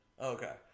Okay